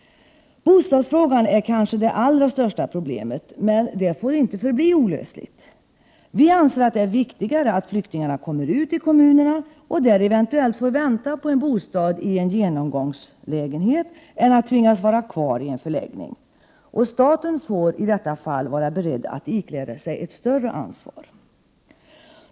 Bostadsfrågan är kanske det allra största problemet, men det får inte förbli olösligt. Vi anser att det är viktigare att flyktingarna kommer ut i kommunerna och där eventuellt får vänta på en bostad i en genomgångslägenhet än att de tvingas vara kvar i en förläggning. Staten får i detta fall vara beredd att ikläda sig ett större ansvar.